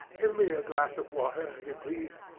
give me a glass of water, if you please.